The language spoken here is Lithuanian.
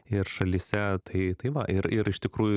ir šalyse tai tai va ir ir iš tikrųjų